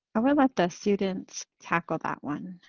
i'm gonna let the students tackle that one.